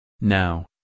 Now